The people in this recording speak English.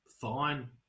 fine